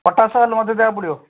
potash ହେଲେ ମଧ୍ୟ ଦେବାକୁ ପଡ଼ିବ